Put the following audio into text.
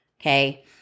Okay